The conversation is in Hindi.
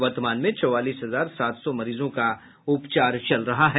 वर्तमान में चौवालीस हजार सात सौ मरीजों का उपचार चल रहा है